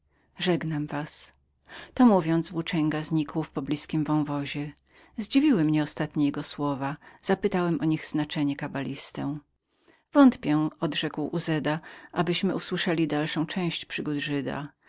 żegnam was to mówiąc włóczęga znikł w poblizkim wąwozie zdziwiły mnie ostatnie jego słowa zapytałem o znaczenie ich kabalistę wątpię odrzekł uzeda abyśmy usłyszeli dalszą część przygód